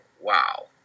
wow